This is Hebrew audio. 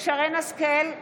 שרן מרים השכל,